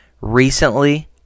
recently